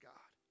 God